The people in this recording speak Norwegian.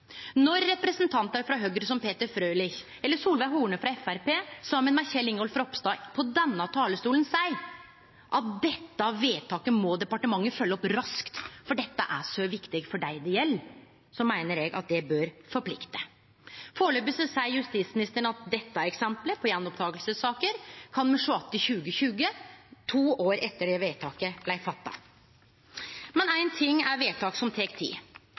Når representantar frå Høgre, som Peter Frølich, eller Solveig Horne, frå Framstegspartiet, og Kjell Ingolf Ropstad frå denne talarstolen seier at dette vedtaket må departementet følgje opp raskt, for det er så viktig for dei det gjeld, meiner eg at det bør forplikte. Førebels seier justisministeren at dette eksempelet på gjenopptakingssaker kan me sjå att i 2020, to år etter at vedtaket blei gjort. Men éin ting er vedtak som tek tid,